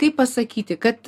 kaip pasakyti kad